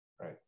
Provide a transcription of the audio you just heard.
right